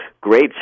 great